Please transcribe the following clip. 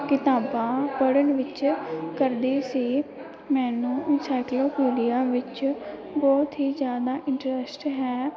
ਕਿਤਾਬਾਂ ਪੜ੍ਹਨ ਵਿਚ ਕਰਦੀ ਸੀ ਮੈਨੂੰ ਇੰਨਸਾਇਕਲੋਪੀਡੀਆ ਵਿੱਚ ਬਹੁਤ ਹੀ ਜ਼ਿਆਦਾ ਇੰਟਰਸਟ ਹੈ